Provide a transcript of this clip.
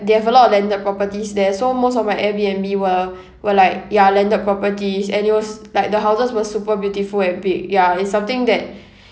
they have a lot of landed properties there so most of my airbnb were were like ya landed properties and it was like the houses were super beautiful and big ya it's something that